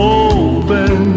open